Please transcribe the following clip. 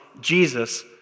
Jesus